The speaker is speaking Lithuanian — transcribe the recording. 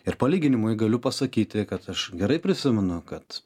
ir palyginimui galiu pasakyti kad aš gerai prisimenu kad